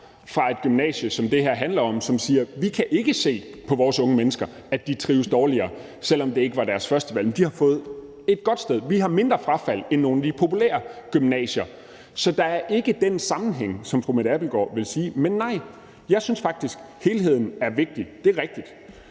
fra et gymnasium, som det her handler om, og som siger: Vi kan ikke se på vores unge mennesker, at de trives dårligere, selv om det ikke var deres førstevalg – de har fået et godt sted; vi har mindre frafald end nogle af de populære gymnasier. Så der er ikke den sammenhæng, som fru Mette Abildgaard ville sige. Men nej, jeg synes faktisk, at helheden er vigtig. Det er rigtigt.